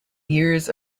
years